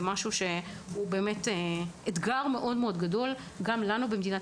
זה משהו שהוא אתגר מאוד גדול עבור מדינת